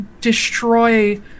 destroy